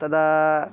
तदा